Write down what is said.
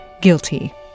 guilty